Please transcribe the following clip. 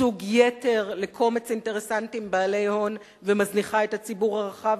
ייצוג יתר לקומץ אינטרסנטים בעלי הון ומזניחה את הציבור הרחב,